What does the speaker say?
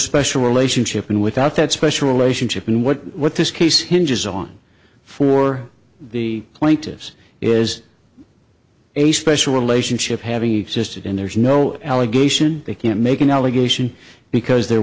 special relationship in without that special relationship and what what this case hinges on for the plaintiffs is a special relationship having existed and there's no allegation they can make an allegation because there